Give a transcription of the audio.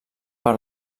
per